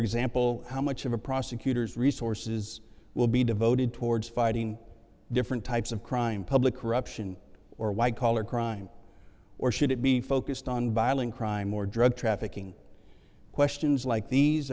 example how much of a prosecutor's resources will be devoted towards fighting different types of crime public corruption or white collar crime or should it be focused on bile and crime or drug trafficking questions like these